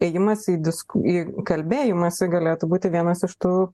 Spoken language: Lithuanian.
ėjimas į disku į kalbėjimąsi galėtų būti vienas iš tų